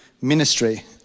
ministry